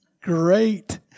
Great